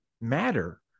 matter